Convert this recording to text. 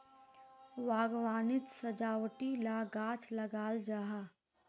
बाग्वानित सजावटी ला गाछ लगाल जाहा